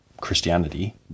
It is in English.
Christianity